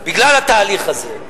בגלל התהליך הזה,